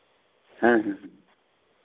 ᱦᱮᱸ ᱦᱮᱸ